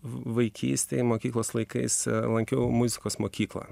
vaikystėje mokyklos laikais lankiau muzikos mokyklą